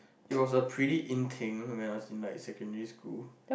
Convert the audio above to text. it was a pretty in thing when I was in like secondary school